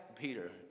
peter